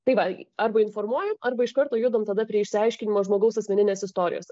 tai va arba informuoju arba iš karto judam tada prie išsiaiškinimo žmogaus asmeninės istorijos